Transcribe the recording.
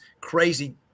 crazy